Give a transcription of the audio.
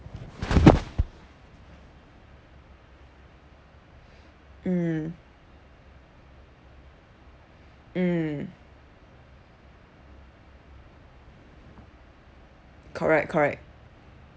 mm mm correct correct